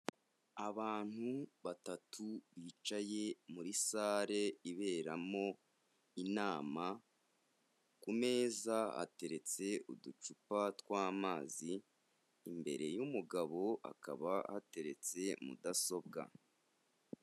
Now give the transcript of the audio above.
Abantu batatu, bicaye muri sale iberamo inama, ku meza hateretse uducupa tw'amazi, imbere y'umugabo, hakaba hateretse mudasobwa.